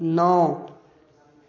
नओ